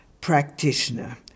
Practitioner